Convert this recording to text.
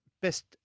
best